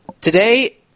Today